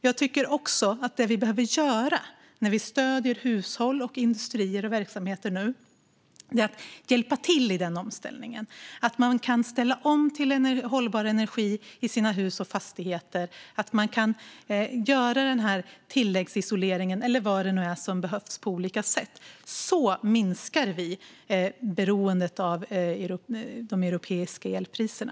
Jag tycker också att det vi behöver göra när vi nu stöder hushåll, industrier och verksamheter är att hjälpa till så att man kan ställa om till hållbar energi i sina hus och fastigheter, göra tilläggsisolering eller vad det nu är som behövs på olika sätt. Så minskar vi beroendet av de europeiska elpriserna.